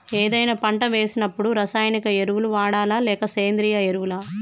ఏదైనా పంట వేసినప్పుడు రసాయనిక ఎరువులు వాడాలా? లేక సేంద్రీయ ఎరవులా?